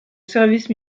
service